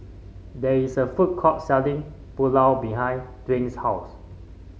there is a food court selling Pulao behind Dwight's house